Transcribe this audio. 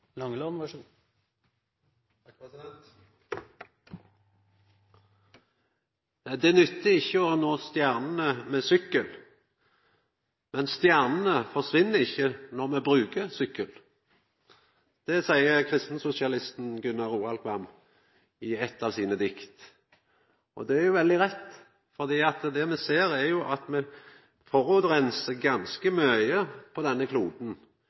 ikkje å nå stjernene med sykkel.» «Men stjernene forsvinne ikkje når me bruge sykkel.» Det seier kristensosialisten Gunnar Roalkvam i eitt av sine dikt. Det er jo veldig rett, for det me ser, er at me forureinar ganske mykje på denne